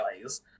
guys